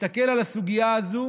הסתכל על הסוגיה הזאת